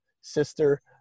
sister